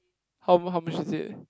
how m~ how much is it